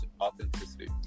authenticity